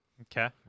okay